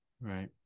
right